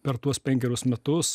per tuos penkerius metus